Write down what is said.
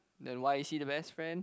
then why is he the best friend